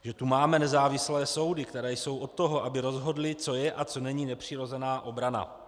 Že tu máme nezávislé soudy, které jsou od toho, aby rozhodly, co je a co není nepřirozená obrana.